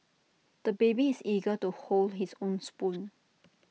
the baby is eager to hold his own spoon